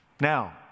Now